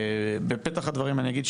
בפתח הדברים אני אגיד,